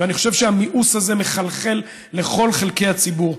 ואני חושב שהמיאוס הזה מחלחל לכל חלקי הציבור.